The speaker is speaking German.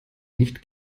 nicht